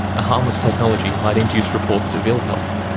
a harmless technology might induce reports of ill-health,